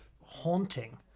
haunting